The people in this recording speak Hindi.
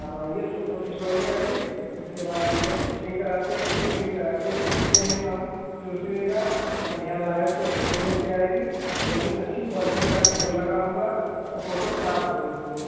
आप आइए फोटो खिंचवाइए आ के उसके बाद हम लोग एडिटिंग कराते है एडिटिंग करा के भेजते हैं काम दूसरी जगह बढ़िया लाइफ से फोटो बन कर आएगी वो भी अच्छी क्वालिटी का पेपर लगा होगा और फोटो खराब नहीं होगी वो